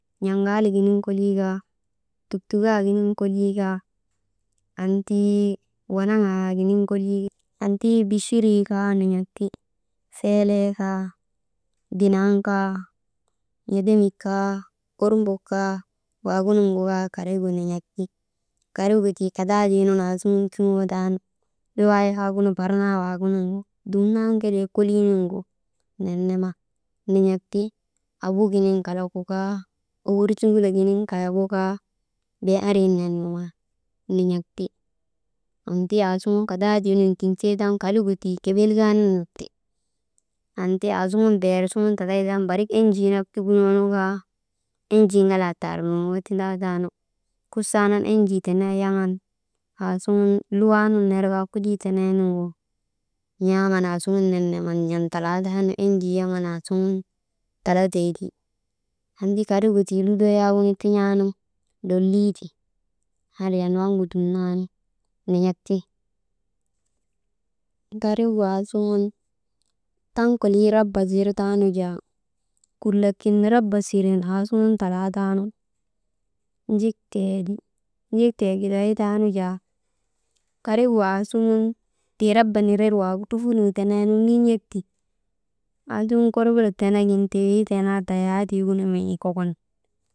N̰aŋaalik giniŋ kolii kaa tuktukaayek giniŋ kolii kaa, anntii wanaŋaa giniŋ kolii, annti bichirii kaa nin̰ak ti annti feelee kaa, dinaŋ kaa n̰edemik kaa ormbok kaa waagunuŋgu kaa nin̰ak ti karigu. Karigu kadaadeenun aasuŋun tuŋoo taanu, luwwaa yaagunu bar naawaagunuŋgu dumnan kelee kolii nuŋgu nenema nin̰ak ti. Abuk giniŋ kalagu kaa, obur tuŋulok giniŋ kalagu kaa, bee ari nenewa nin̰ak ti, annti aasuŋun kadaadeenun tiŋseetaanu karigu tii kebbel kaa nenek ti anti aasuŋun beer suŋun tatay taanu berik enjii nak tukunootan, enjii ŋalaa tar nurŋoo tindaa taanu, kusaanan enjii tenee yaŋan, aasuŋun luwaa nun ner kaa kolii tenee nuŋgu n̰aaman asuŋun neneman n̰an talaataanu enjii, yaŋan aasuŋun talateeti, anti karigu tii lutoo yaagu tin̰aanu lolii ti, andriyan waŋgu dumnaanu nin̰ak ti. Karigu aasuŋun taŋ kolii raba zirtaanu jaa, kulak kin raba siren aasuŋun talaataanu, jikteeti, jiktee gigday taanu jaa, karigu aasuŋun tii raba nirer waagu trufunuu teneenu niiin̰ek ti, aasuŋun korbolok tenegin tibiitee naa tayaatiigunu mii kokon.